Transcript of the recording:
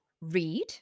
Read